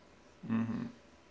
mmhmm